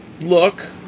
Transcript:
look